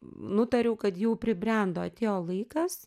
nutariau kad jau pribrendo atėjo laikas